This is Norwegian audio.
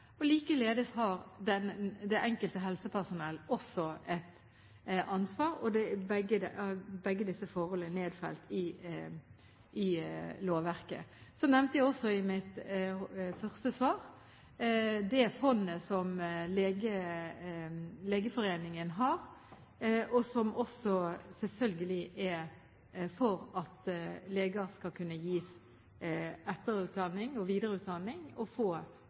Likeledes har det enkelte helsepersonell også et ansvar. Begge disse forhold er nedfelt i lovverket. Jeg nevnte også i mitt første svar det fondet som Legeforeningen har, og som også selvfølgelig er til for at leger skal kunne gis etter- og videreutdanning og få